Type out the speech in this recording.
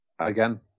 again